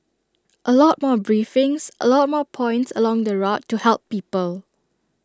A lot more briefings A lot more points along the route to help people